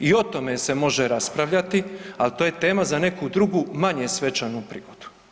I o tome se može raspravljati, ali to je tema za neku drugu, manje svečanu prigodu.